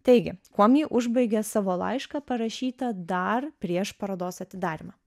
taigi kuom ji užbaigė savo laišką parašytą dar prieš parodos atidarymą